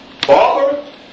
Father